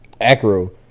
acro